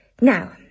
Now